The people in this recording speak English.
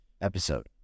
episode